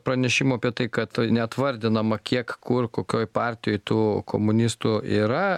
pranešimų apie tai kad net vardinama kiek kur kokioj partijoj tų komunistų yra